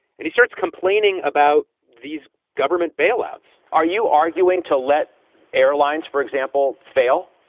and he starts complaining about these government bailouts are you arguing to let airlines, for example, fail?